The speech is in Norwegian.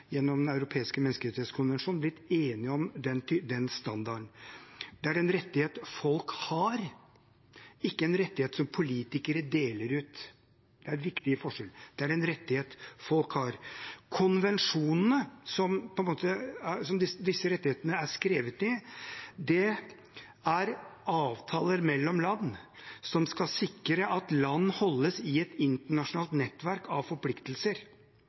Den europeiske menneskerettskonvensjon, blitt enige om den standarden. Det er en rettighet folk har, ikke en rettighet som politikere deler ut – det er en viktig forskjell: Det er en rettighet folk har. Konvensjonene som disse rettighetene er skrevet ned i, er avtaler mellom land som skal sikre at land holdes i et internasjonalt nettverk av forpliktelser